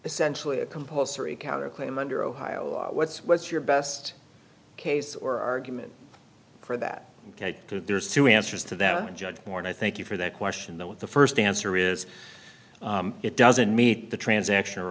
essentially compulsory counterclaim under ohio law what's what's your best case or argument for that there's two answers to that one judge moore and i thank you for that question though with the first answer is it doesn't meet the transaction or